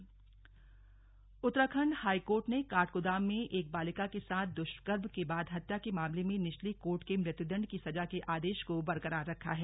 सजा बरकरार उत्तराखण्ड हाईकोर्ट ने काठगोदाम में एक बालिका के साथ दुष्कर्म के बाद हत्या के मामले में निचली कोर्ट के मृत्यदण्ड की सजा के आदेश को बरकरार रखा है